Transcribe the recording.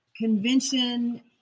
convention